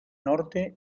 norte